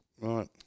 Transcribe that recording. Right